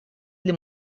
для